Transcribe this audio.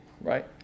right